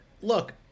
look